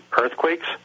earthquakes